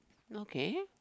okay